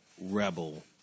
rebel